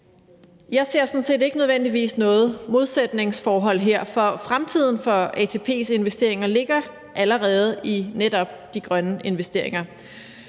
Jeg ser sådan set ikke nødvendigvis noget modsætningsforhold her, for fremtiden for ATP's investeringer ligger allerede i netop de grønne investeringer.